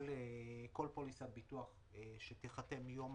כל פוליסת ביטוח שתיחתם מיום